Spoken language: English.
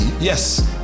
Yes